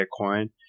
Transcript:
Bitcoin